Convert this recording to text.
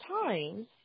times